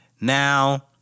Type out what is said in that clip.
Now